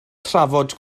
trafod